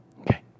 Okay